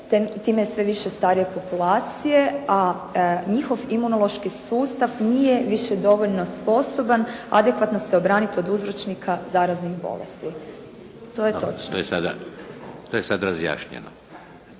time je sve više starije populacije, a njihov imunološki sustav nije više dovoljno sposoban adekvatno se obraniti od uzročnika zaraznih bolesti. To je točno. **Šeks, Vladimir